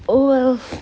oh well